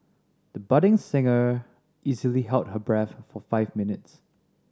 the budding singer easily held her breath for five minutes